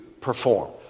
perform